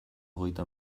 hogeita